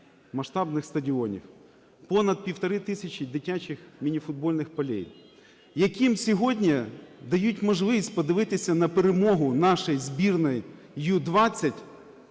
масштабних стадіонів, понад півтори тисячі дитячих міні-футбольних полів, яким сьогодні дають можливість подивитися на перемогу нашої збірної U-20